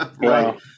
right